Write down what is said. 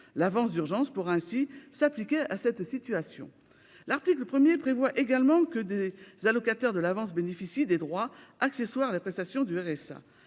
L'avance d'urgence pourra ainsi s'appliquer à cette situation. L'article 1 prévoit également que les allocataires de l'avance bénéficient des droits accessoires à la prestation du RSA.